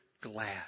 glad